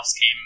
came